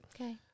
Okay